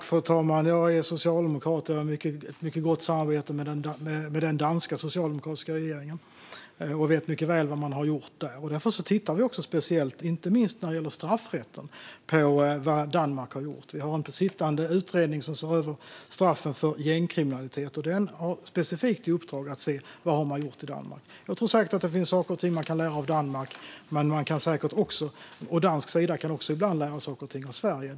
Fru talman! Jag är socialdemokrat, och jag har ett mycket gott samarbete med den danska socialdemokratiska regeringen och vet mycket väl vad man har gjort där. Därför tittar vi också speciellt, inte minst när det gäller straffrätten, på vad Danmark har gjort. Vi har en pågående utredning som ser över straffen för gängkriminalitet, och den har specifikt i uppdrag att se på vad man har gjort i Danmark. Jag tror säkert att det finns saker och ting att lära av Danmark, men från dansk sida kan man säkert också ibland lära saker och ting av Sverige.